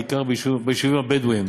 בעיקר ביישובים הבדואיים.